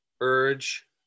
urge